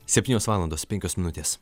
septynios valandos penkios minutės